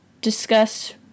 discuss